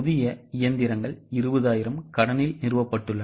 புதிய இயந்திரங்கள் 20000 கடனில் நிறுவப்பட்டுள்ளன